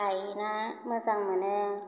गायना मोजां मोनो